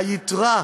היתרה,